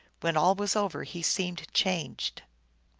when all was over he seemed changed.